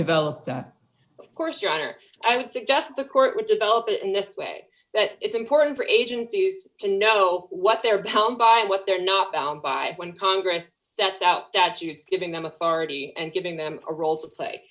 develop that of course your honor i would suggest the court would develop in this way that it's important for agencies to know what they're telling by what they're not bound by when congress sets out statutes giving them authority and giving them a role to play